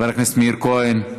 חבר הכנסת מאיר כהן,